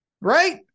Right